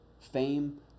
fame